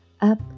up